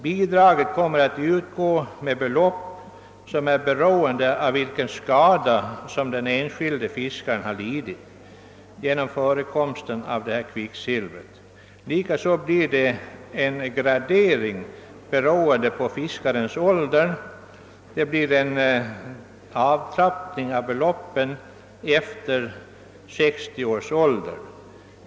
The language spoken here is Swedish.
Bidraget kommer att utgå med belopp som är beroende av vilken skada som den enskilde fiskaren har lidit genom förekomsten av kvicksilvret. Likaså blir det en gradering beroende på fiskarens ålder; det sker en avtrappning av beloppet efter 60 års ålder.